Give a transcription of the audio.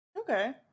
Okay